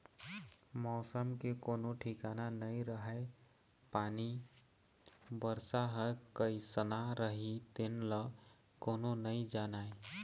मउसम के कोनो ठिकाना नइ रहय पानी, बरसा ह कइसना रही तेन ल कोनो नइ जानय